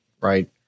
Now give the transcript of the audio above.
Right